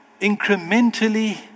incrementally